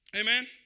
Amen